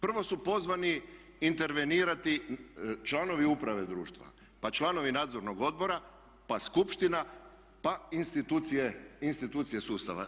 Prvo su pozvani intervenirati članovi uprave društva, pa članovi nadzornog odbora, pa skupština pa institucije sustava.